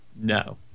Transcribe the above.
No